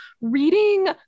reading